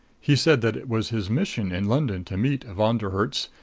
he said that it was his mission in london to meet von der herts,